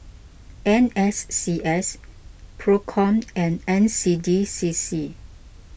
N S C S Procom and N C D C C